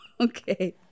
Okay